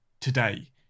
today